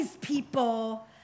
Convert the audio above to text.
people